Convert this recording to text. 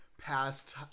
past